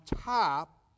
top